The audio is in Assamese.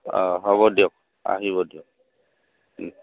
অঁ হ'ব দিয়ক আহিব দিয়ক